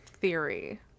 theory